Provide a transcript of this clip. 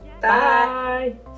Bye